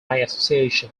association